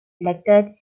elected